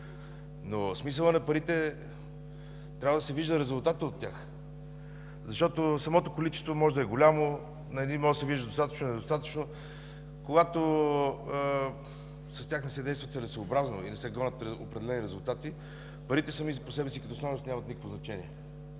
Смисълът на парите е, че трябва да се вижда резултатът от тях, защото самото количество може да е голямо – на едни може да се виждат достатъчно или недостатъчно. Когато с тях не се действа целесъобразно и не се гонят определени резултати, парите сами по себе си като стойност нямат никакво значение.